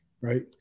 right